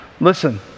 Listen